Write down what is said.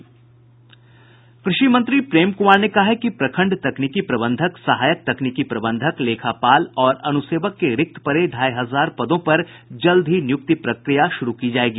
कृषि मंत्री प्रेम कुमार ने कहा है कि प्रखण्ड तकनीकी प्रबंधक सहायक तकनीकी प्रबंधक लेखापाल और अनुसेवक के रिक्त पड़े ढ़ाई हजार पदों पर जल्द ही नियुक्ति प्रक्रिया शुरू की जायेगी